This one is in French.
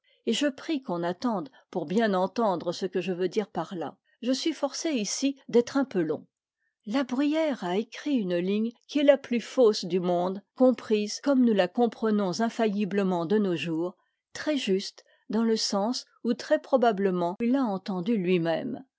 et je prie qu'on attende pour bien entendre ce que veux dire par là je suis forcé ici d'être un peu long la bruyère a écrit une ligne qui est la plus fausse du monde comprise comme nous la comprenons infailliblement de nos jours très juste dans le sens où très probablement il l'a entendue lui-même